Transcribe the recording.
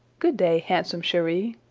good-day, handsome cheri,